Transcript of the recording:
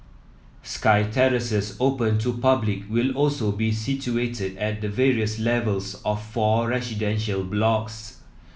sky terraces open to public will also be situated at the various levels of four residential blocks